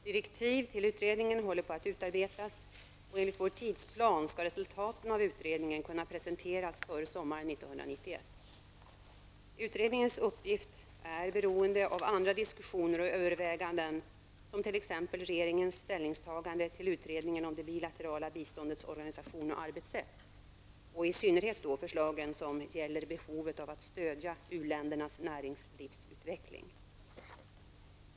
Direktiv till utredningen håller på att utarbetas, och enligt vår tidsplan skall resultatet av utredningen kunna presenteras före sommaren 1991. Utredningens uppgift är beroende av andra diskussioner och överväganden som t.ex. regeringens ställningstagande till utredningen om det bilaterala biståndets organisation och arbetssätt, och i synnerhet då förslagen som gäller behovet av att stödja u-ländernas näringslivsutveckling.